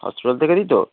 hospital থেকেই তো